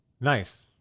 Nice